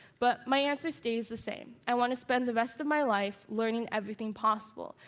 but my answer stays the same i want to spend the rest of my life learning everything possible.